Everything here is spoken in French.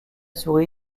souris